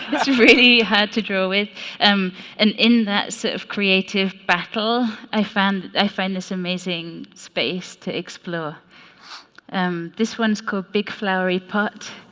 it's really hard to draw it um and in that sort of creative battle i found i find this amazing space to explore um this one's called big flowery part